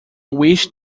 wished